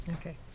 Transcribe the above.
Okay